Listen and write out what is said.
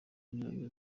intambwe